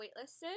waitlisted